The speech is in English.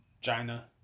China